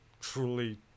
truly